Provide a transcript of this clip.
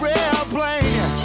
airplane